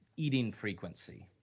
eating frequency,